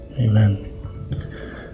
Amen